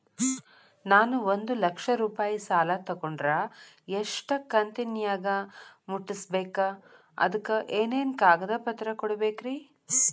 ನಾನು ಒಂದು ಲಕ್ಷ ರೂಪಾಯಿ ಸಾಲಾ ತೊಗಂಡರ ಎಷ್ಟ ಕಂತಿನ್ಯಾಗ ಮುಟ್ಟಸ್ಬೇಕ್, ಅದಕ್ ಏನೇನ್ ಕಾಗದ ಪತ್ರ ಕೊಡಬೇಕ್ರಿ?